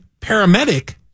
paramedic